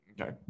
Okay